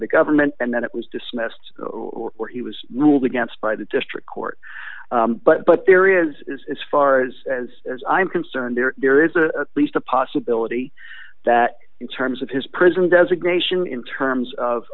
the government and then it was dismissed or he was ruled against by the district court but there is as far as as as i'm concerned there there is a least a possibility that in terms of his prison designation in terms